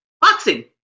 Boxing